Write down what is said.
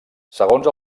segons